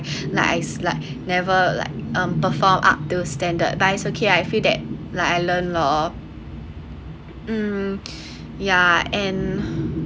like like never like um perform up to standard advice okay I feel that like I learn lor um yeah and